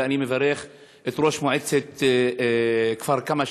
ואני מברך את ראש מועצת כפר כמא,